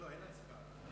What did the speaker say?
אין הצבעה.